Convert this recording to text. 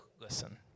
listen